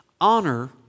honor